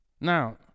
Now